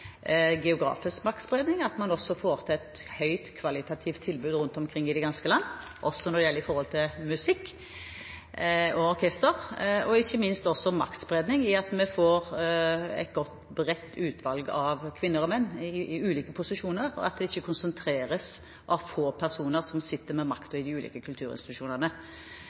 til geografisk maktspredning ved at man rundt omkring i det ganske land får et kvalitativt godt tilbud når det gjelder musikk og orkestre. Ikke minst skal vi få til maktspredning ved at man får et godt, bredt utvalg av kvinner og menn i ulike posisjoner, slik at det ikke er en konsentrasjon av få personer som sitter med makten i de ulike kulturinstitusjonene.